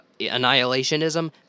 annihilationism